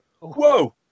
Whoa